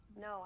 no